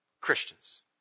Christians